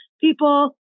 people